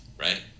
right